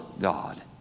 God